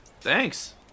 Thanks